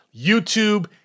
YouTube